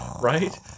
Right